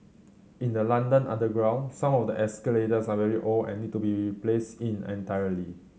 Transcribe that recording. in the London underground some of the escalators are very old and need to be placed in entirety